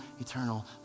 eternal